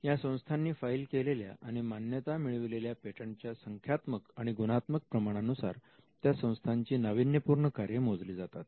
या संस्थांनी फाईल केलेल्या आणि मान्यता मिळविलेल्या पेटंटच्या संख्यात्मक आणि गुणात्मक प्रमाणानुसार त्या संस्थांची नावीन्यपूर्ण कार्ये मोजली जातात